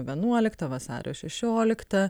vienuoliktą vasario šešioliktą